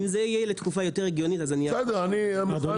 אם זה יהיה לתקופה יותר הגיונית אז אני --- בסדר אני --- אדוני,